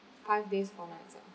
five days four nights ah